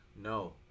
No